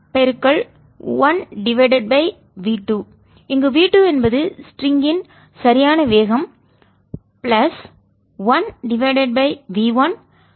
1v2 இங்கு V2 என்பது ஸ்ட்ரிங்கி ன் லேசான கயிறு சரியான வேகம் பிளஸ் 1v1